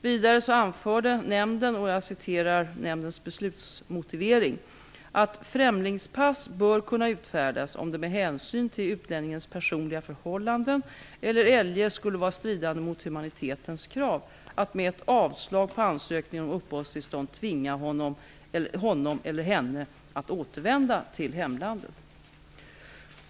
Vidare anförde nämnden, och jag citerar nämndens beslutsmotivering, ''att främlingspass bör kunna utfärdas, om det med hänsyn till utlänningens personliga förhållanden eller eljest skulle vara stridande mot humanitetens krav att med ett avslag på ansökningen om uppehållstillstånd tvinga honom eller henne att återvända till hemlandet''.